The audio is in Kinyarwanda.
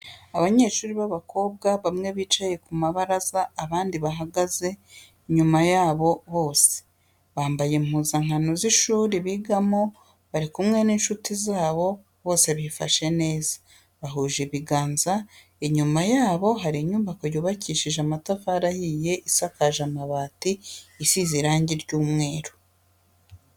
Abanyeshuri b'abakobwa bamwe bicaye ku mabaraza abandi bahagaze inyuma yabo bose, bambaye impuzankano z'ishuri bigamo bari kumwe n'inshuti zabo bose bifashe neza, bahuje ibiganza, inyuma yabo hari inyubako yubakishije amatafari ahiye isakaje amabati izize irangi ry'umweru.